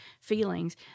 feelings